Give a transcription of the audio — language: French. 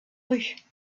rue